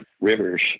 rivers